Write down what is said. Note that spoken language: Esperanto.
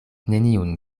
neniun